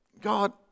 God